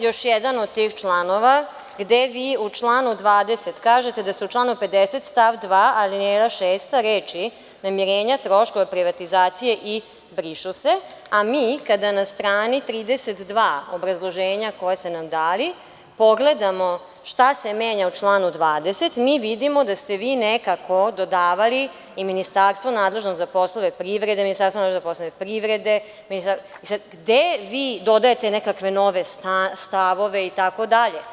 Evo, još jedan od tih članova gde vi u članu 20. kažete da se u članu 50. stav 2, alineja 6. reči - namirenja troškova privatizacije i brišu se, a mi kada na strani 32 obrazloženja koja ste nam dali pogledamo šta se menja u članu 20, mi vidimo da ste vi nekako dodavali i ministarstvo nadležno za poslove privredne, ministarstvo nadležno za poslove privrede, i sad, gde vi dodajete nekakve nove stavove itd?